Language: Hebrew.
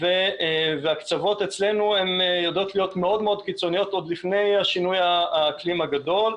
והקצוות אצלנו יודעות להיות מאוד קיצוניות עוד לפני שינוי האקלים הגדול.